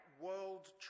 world